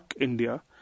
India